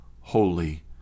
holy